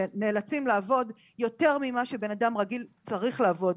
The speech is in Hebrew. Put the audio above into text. שנאלצים לעבוד יותר ממה שבן אדם רגיל צריך לעבוד,